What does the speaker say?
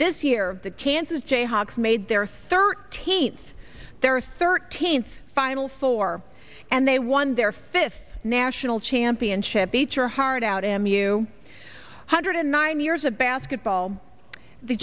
this year the kansas jayhawks made their thirteenth their thirteenth final four and they won their fifth national championship eat your heart out m u hundred and nine years of basketball the